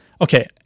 Okay